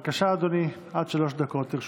בבקשה, אדוני, עד שלוש דקות לרשותך.